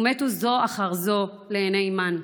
ומתו זו אחר זו לעיני אימן.